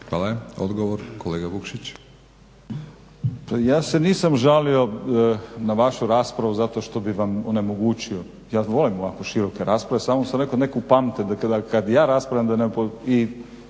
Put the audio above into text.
laburisti - Stranka rada)** Ja se nisam žalio na vašu raspravu zato što bi vam onemogućio. Ja volim ovako široke rasprave. Samo sam rekao nek' upamte da kada ja raspravljam